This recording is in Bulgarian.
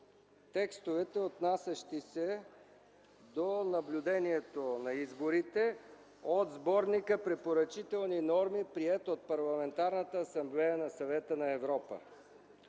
текстовете, отнасящи се до наблюдението на изборите от Сборника препоръчителни норми, приет от Парламентарната асамблея на Съвета на Европа: